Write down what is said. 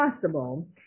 possible